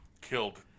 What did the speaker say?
killed